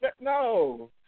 No